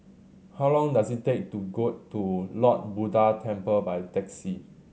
how long does it take to get to Lord Buddha Temple by taxi